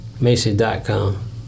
Macy.com